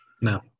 No